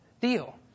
deal